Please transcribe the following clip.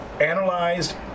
analyzed